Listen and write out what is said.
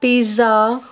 pizza